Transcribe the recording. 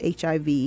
HIV